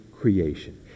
creation